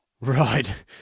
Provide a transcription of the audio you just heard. right